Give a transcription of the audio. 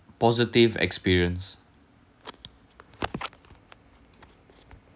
positive experience